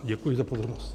Děkuji za pozornost.